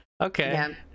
Okay